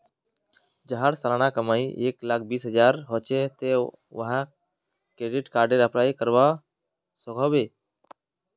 जहार सालाना कमाई एक लाख बीस हजार होचे ते वाहें क्रेडिट कार्डेर अप्लाई करवा सकोहो होबे?